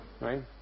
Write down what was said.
right